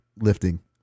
lifting